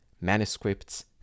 manuscripts